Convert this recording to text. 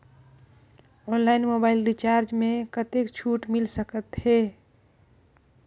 Online mobile recharge मे कतेक छूट मिल सकत हे?